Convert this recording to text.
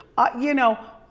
ah you know,